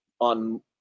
on